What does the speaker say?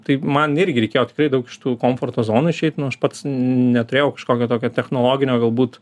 taip man irgi reikėjo tikrai dauk iš tų komforto zonų išeit nu aš pats neturėjau kažkokio tokio technologinio galbūt